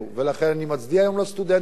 ולכן אני מצדיע היום לסטודנטים,